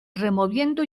removiendo